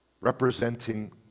representing